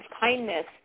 kindness